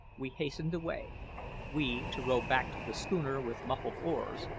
we hastened away we to row back to the schooner with muffled oars,